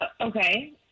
Okay